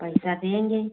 पैसा देंगे